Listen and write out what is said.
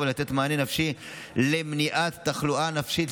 לתת מענה נפשי למניעת תחלואה נפשית,